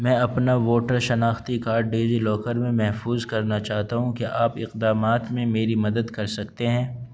میں اپنا ووٹر شناختی کارڈ ڈیجی لاکر میں محفوظ کرنا چاہتا ہوں کیا آپ اقدامات میں میری مدد کر سکتے ہیں